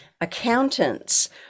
accountants